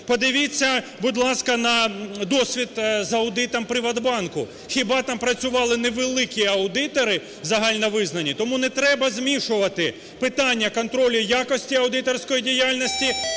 Подивіться, будь ласка, на досвід з аудитом "ПриватБанку". Хіба там працювали невеликі аудитори загально визнані? Тому не треба змішувати питання контролю якості аудиторської діяльності,